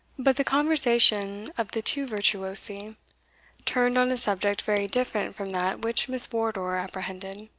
but the conversation of the two virtuosi turned on a subject very different from that which miss wardour apprehended.